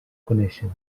coneixen